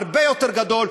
הרבה יותר גדול,